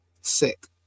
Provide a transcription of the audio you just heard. sick